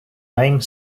name